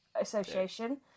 Association